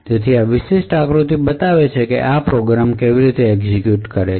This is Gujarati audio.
તેથી આ વિશિષ્ટ આકૃતિ બતાવે છે કે આ પ્રોગ્રામ કેવી રીતે એક્ઝેક્યુટ કરે છે